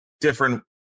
different